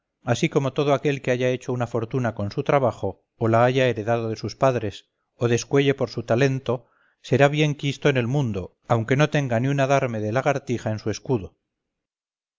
así como todo aquel que haya hecho una fortuna con su trabajo o la haya heredado de sus padres o descuelle por su talento será bien quisto en el mundo aunque no tenga ni un adarme de lagartija en su escudo